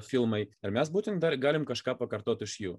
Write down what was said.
filmai ir mes būtent dar galim kažką pakartot iš jų